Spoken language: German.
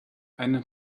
einen